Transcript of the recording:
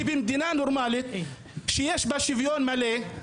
כי במדינה נורמלית שיש בה שוויון מלא,